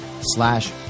slash